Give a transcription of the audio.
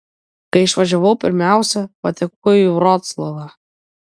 kai išvažiavau pirmiausia patekau į vroclavą